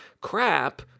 crap